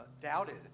doubted